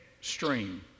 stream